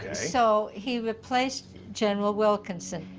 so he replaced general wilkinson,